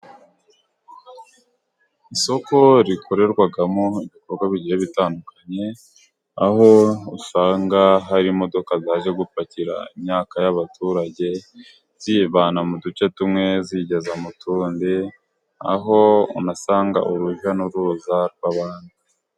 Isoko rikorerwamo ibikorwa bitandukanye aho usanga hari imodoka zaje gupakira imyaka y'abaturage, ziyivana mu duce tumwe zigeza mu tundi, aho unahasanga urujya n'uruza rw'abantu.